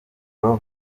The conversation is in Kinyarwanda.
rover